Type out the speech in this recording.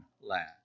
land